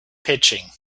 pitching